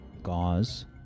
gauze